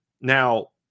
Now